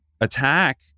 attack